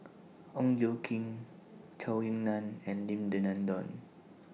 Ong Tjoe Kim Zhou Ying NAN and Lim Denan Denon